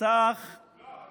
לסך לא,